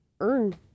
earn